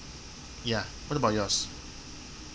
ya what about yours